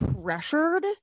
pressured